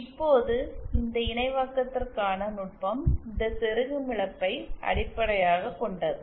இப்போது இந்த இணைவாக்கத்திற்கான நுட்பம் இந்த செருகும் இழப்பை அடிப்படையாகக் கொண்டது